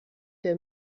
der